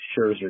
Scherzer